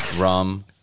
rum